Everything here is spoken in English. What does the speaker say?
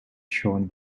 shown